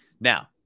Now